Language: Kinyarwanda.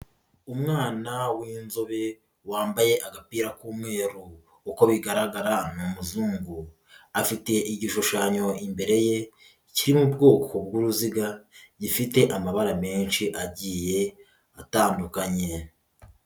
Umwana w'inzobe wambaye agapira k'umweru uko bigaragara ni umuzungu afite igishushanyo imbere ye kiri mu bwoko bw'uruziga, gifite amabara menshi agiye atandukanye.